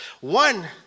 one